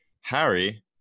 Harry